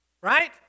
right